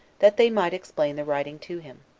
that they might explain the writing to him.